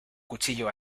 cuchillo